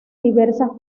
diversas